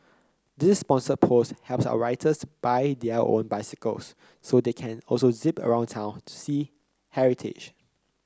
this sponsored post helps our writers buy their own bicycles so they can also zip around town see heritage